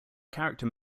character